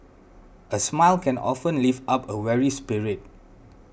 a smile can often lift up a weary spirit